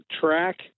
track